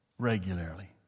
Regularly